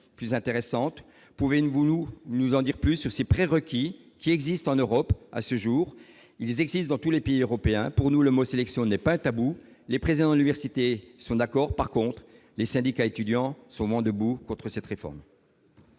plus intéressante pour vous, nous nous en dire plus sur ces prêts requis qui existent en Europe à ce jour, ils existent dans tous les pays européens, pour nous, le mot sélection n'est pas tabou, les présidents lui son accord par contre les syndicats étudiants sont moins debout contre cette réforme.